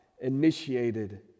initiated